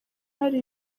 hari